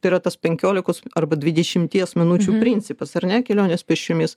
tai yra tas penkiolikos arba dvidešimties minučių principas ar ne kelionės pėsčiomis